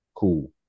cool